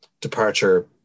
departure